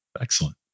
excellent